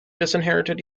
disinherited